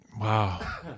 Wow